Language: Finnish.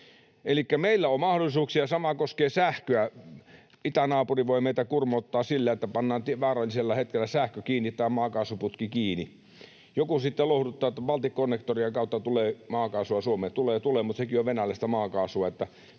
Elikkä meillä on mahdollisuuksia. Sama koskee sähköä. Itänaapuri voi meitä kurmoottaa sillä, että pannaan vaarallisella hetkellä sähkö kiinni tai maakaasuputki kiinni. Joku sitten lohduttaa, että Balticconnectorin kautta tulee maakaasua Suomeen. Tulee, tulee, mutta sekin on venäläistä maakaasua.